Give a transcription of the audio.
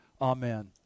Amen